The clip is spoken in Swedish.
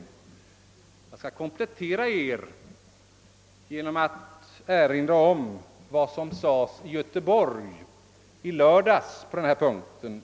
Jag skall komplettera dessa inlägg genom att erinra om vad som sades på den punkten i Göteborg i lördags.